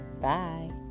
Bye